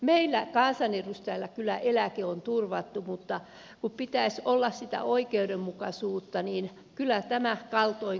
meillä kansanedustajilla kyllä eläke on turvattu mutta pitäisi olla sitä oikeudenmukaisuutta ja kyllä tämä kaltoin kohtelee